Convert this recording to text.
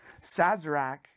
Sazerac